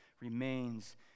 remains